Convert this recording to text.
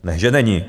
Ne že není.